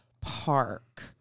park